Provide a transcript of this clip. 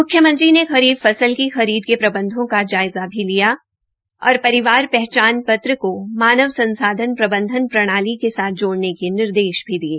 मुख्यमंत्री ने खरीफ फसल की खरीद के प्रबंधों का जायज़ा भी लिया और परिवार पहचान पत्र को मानव संसाधन प्रबंधन प्रणाली के साथ जोड़ेने की निर्देश भी दिये